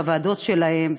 בוועדות שלהם,